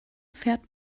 fährt